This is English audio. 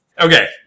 Okay